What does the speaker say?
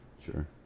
Sure